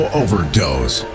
overdose